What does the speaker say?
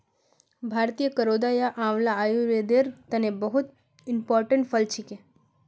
भारतीय करौदा या आंवला आयुर्वेदेर तने बहुत इंपोर्टेंट फल छिके